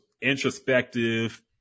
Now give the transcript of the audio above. introspective